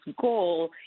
goal